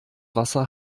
wasser